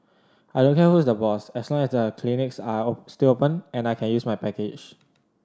I don't care who is the boss as long as the clinics are still open and I can use my package